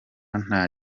nta